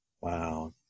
wow